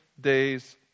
days